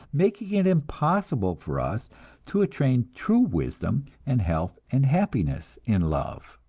making it impossible for us to attain true wisdom and health and happiness in love.